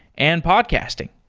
and podcasting.